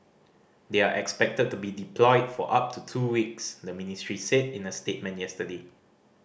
they are expected to be deployed for up to two weeks the ministry said in a statement yesterday